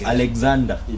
Alexander